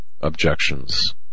objections